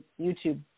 YouTube